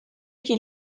qu’il